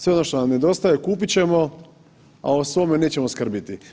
Sve ono što nam nedostaje kupit ćemo, a o svome nećemo skrbiti.